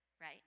right